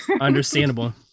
understandable